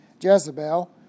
Jezebel